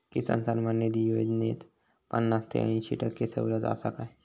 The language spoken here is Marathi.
किसान सन्मान निधी योजनेत पन्नास ते अंयशी टक्के सवलत आसा काय?